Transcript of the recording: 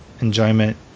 enjoyment